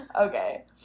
okay